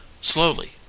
Slowly